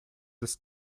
this